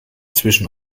zwischen